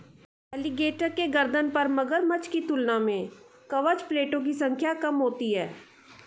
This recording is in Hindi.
एलीगेटर के गर्दन पर मगरमच्छ की तुलना में कवच प्लेटो की संख्या कम होती है